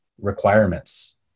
requirements